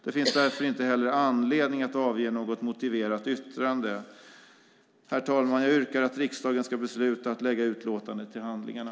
Det finns därför inte heller anledning att avge något motiverat yttrande. Herr talman! Jag yrkar att riksdagen ska besluta att lägga utlåtandet till handlingarna.